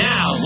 Now